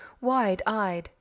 wide-eyed